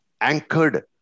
anchored